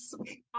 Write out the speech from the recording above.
Okay